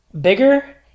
bigger